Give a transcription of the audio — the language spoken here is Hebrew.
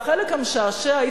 והחלק המשעשע הוא,